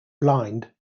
blind